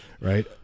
Right